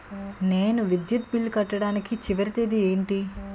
నేను విద్యుత్ బిల్లు కట్టడానికి చివరి తేదీ ఏంటి?